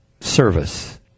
service